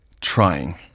trying